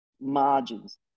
margins